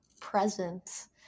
presence